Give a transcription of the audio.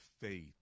faith